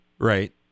Right